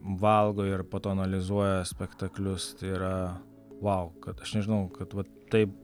valgo ir po to analizuoja spektaklius tai yra vau kad aš nežinau kad vat taip